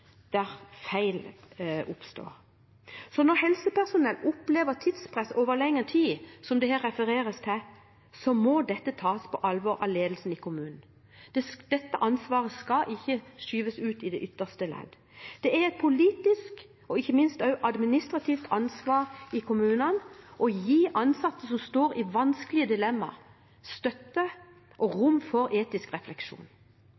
feil oppstår. Så når helsepersonell opplever tidspress over lengre tid, som det her refereres til, må dette tas på alvor av ledelsen i kommunen. Dette ansvaret skal ikke skyves ut til det ytterste ledd. Det er et politisk og ikke minst også et administrativt ansvar for kommunene å gi ansatte som står i et vanskelig dilemma, støtte og